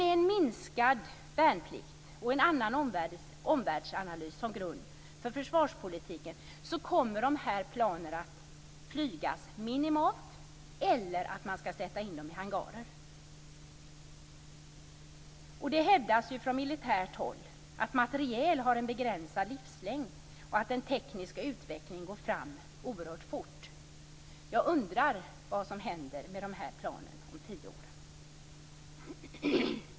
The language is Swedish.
Med en minskad värnplikt och en annan omvärldsanalys som grund för försvarspolitiken kommer dessa plan att flygas minimalt eller sättas in i hangarer. Det hävdas ju från militärt håll att materiel har en begränsad livslängd och att den tekniska utvecklingen går fram oerhört fort. Jag undrar vad som händer med de här planen om tio år.